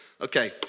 okay